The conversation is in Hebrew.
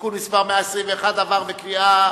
(תיקון מס' 121) (תשלום גמלת סיעוד לידי הזכאי,